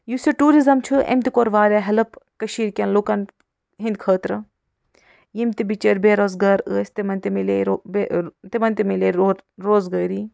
یُس یہِ ٹوٗرِزم چھُ أمۍ تہِ کوٚر واریاہ ہیلٕپ کشیٖرِکین لُکن ہنٛدۍ خٲطرٕ یِم تہِ بِچٲرۍ بے روزگار ٲسۍ تِمن تہِ ملے تِمن تہِ ملےٚ روزگٲری